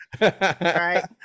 Right